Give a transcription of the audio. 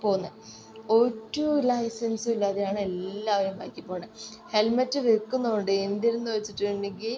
പോകുന്നത് ഒരു ലൈസൻസുമില്ലാതെയാണ് എല്ലാവരും ബൈക്കിൽ പോണേ ഹെൽമറ്റ് വെക്കുന്നുണ്ട് എന്തിനെന്ന് ചോദിച്ചിട്ടുണ്ടെങ്കിൽ